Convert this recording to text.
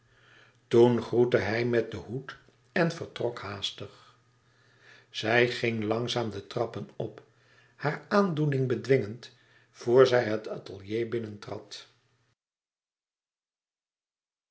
toen groette hij met de hoed en vertrok haastig zij ging langzaam de trappen op hare aandoening bedwingend voor zij het atelier